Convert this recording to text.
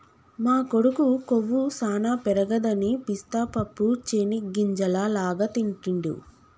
మా కొడుకు కొవ్వు సానా పెరగదని పిస్తా పప్పు చేనిగ్గింజల లాగా తింటిడు